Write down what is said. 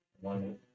one